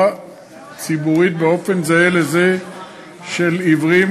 ציבורית באופן זהה לזה של עיוורים,